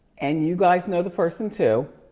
and you guys know the person too.